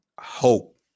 hope